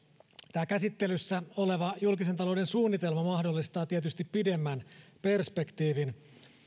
tämä käsittelyssä oleva julkisen talouden suunnitelma mahdollistaa tietysti pidemmän perspektiivin